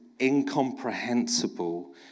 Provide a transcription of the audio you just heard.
incomprehensible